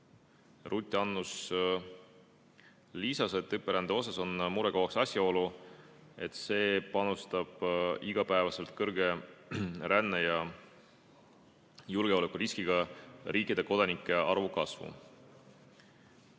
Ruth Annus lisas, et õpperände puhul on murekohaks asjaolu, et see panustab igapäevaselt kõrge rände- ja julgeolekuriskiga riikide kodanike arvu kasvu.